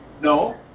No